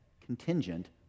contingent